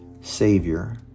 Savior